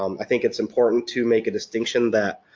um i think it's important to make a distinction that,